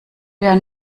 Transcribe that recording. der